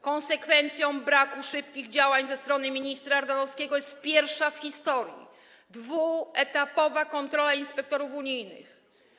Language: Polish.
Konsekwencją braku szybkich działań ze strony ministra Ardanowskiego jest pierwsza w historii dwuetapowa kontrola inspektorów unijnych.